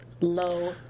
low